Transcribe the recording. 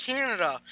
Canada